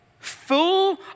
full